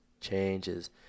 Changes